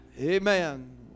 Amen